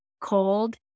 cold